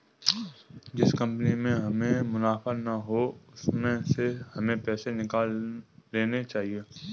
जिस कंपनी में हमें मुनाफा ना हो उसमें से हमें पैसे निकाल लेने चाहिए